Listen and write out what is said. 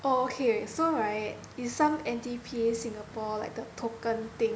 oh okay so right is some N_D_P Singapore like the token thing